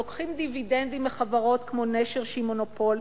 לוקחים דיבידנדים מחברות כמו "נשר", שהיא מונופול,